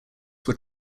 were